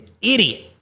idiot